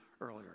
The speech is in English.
earlier